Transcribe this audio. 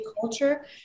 culture